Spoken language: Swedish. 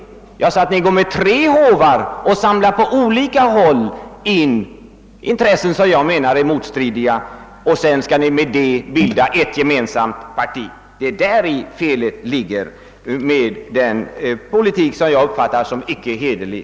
Jag sade i stället att ni går med tre håvar och samlar på olika håll in intressen som jag menar är motstridiga, och sedan skall ni bilda en gemensam regering. Det är där felet ligger med den politik som jag uppfattar såsom icke hederlig.